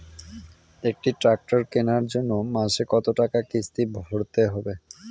একটি ট্র্যাক্টর কেনার জন্য মাসে কত টাকা কিস্তি ভরতে হবে?